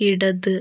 ഇടത്